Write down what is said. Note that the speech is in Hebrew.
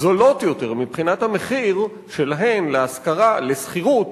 זולות יותר מבחינת המחיר שלהן להשכרה, לשכירות,